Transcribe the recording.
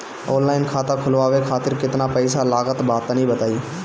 Online खाता खूलवावे खातिर केतना पईसा लागत बा तनि बताईं?